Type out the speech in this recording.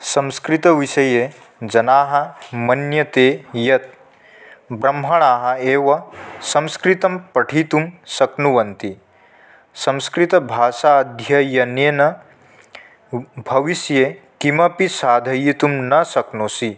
संस्कृतविषये जनाः मन्यन्ते यत् ब्राह्मणाः एव संस्कृतं पठितुं शक्नुवन्ति संस्कृतभाषा अध्ययनेन ब् भविष्ये किमपि साधयितुं न शक्नोषि